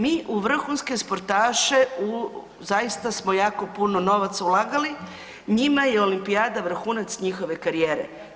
Mi u vrhunske sportaše zaista smo jako puno novaca ulagali, njima je olimpijada vrhunac njihove karijere.